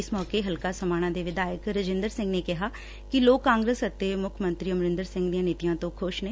ਇਸ ਮੌਕੇ ਹਲਕਾ ਸਮਾਣਾ ਦੇ ਵਿਧਾਇਕ ਰਜਿੰਦਰ ਸਿੰਘ ਨੇ ਕਿਹਾ ਕਿ ਲੋਕ ਕਾਂਗਰਸ ਅਤੇ ਮੁਖ ੰੰਤਰੀ ਅਮਰਿਦਰ ਸਿੰਘ ਦੀਆਂ ਨੀਤੀਆ ਤੋ ਖੁਸ਼ ਨੇ